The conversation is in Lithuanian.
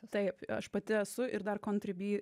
taip aš pati esu ir dar kontri by